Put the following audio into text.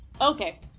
Okay